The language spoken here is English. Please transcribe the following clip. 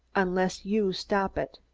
unless you stop it.